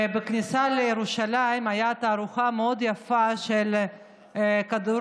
בכניסה לירושלים הייתה תערוכה מאוד יפה של כדורגלניות,